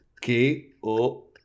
K-O